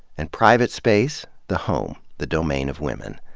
and private space the home, the domain of women.